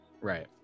Right